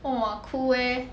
!wah! cool eh